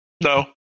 no